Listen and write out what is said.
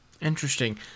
Interesting